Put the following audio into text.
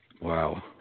Wow